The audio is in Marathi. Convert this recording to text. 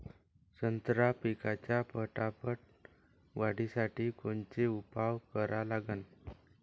संत्रा पिकाच्या फटाफट वाढीसाठी कोनचे उपाव करा लागन?